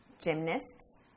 Gymnasts